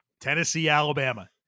Tennessee-Alabama